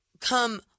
come